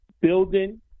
building